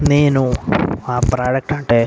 నేను ఆ ప్రోడక్ట్ అంటే